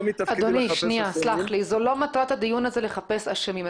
לא מתפקידי לחפש אשמים.